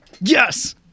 Yes